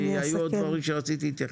כי היו עוד דברים שרצית להתייחס.